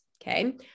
Okay